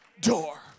door